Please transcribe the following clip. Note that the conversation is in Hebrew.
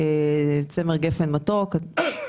צמר גפן מתוק.